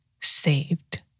saved